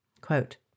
Quote